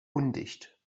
undicht